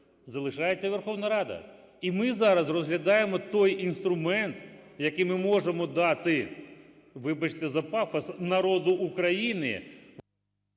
залишається Верховна Рада. І ми зараз розглядаємо той інструмент, який ми можемо дати, вибачте за пафос, народу України…